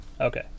Okay